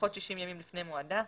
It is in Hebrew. לפחות 60 ימים לפני מועדה,